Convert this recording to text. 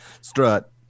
Strut